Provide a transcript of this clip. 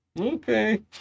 Okay